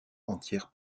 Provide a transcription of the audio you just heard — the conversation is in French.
entière